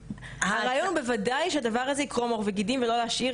הרעיון הוא בוודאי שהדבר הזה יקרום עור וגידים ולא להשאיר